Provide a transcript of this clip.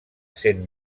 cent